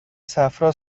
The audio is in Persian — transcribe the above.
صفرا